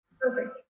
perfect